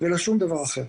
ולא לשום דבר אחר.